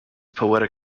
poetic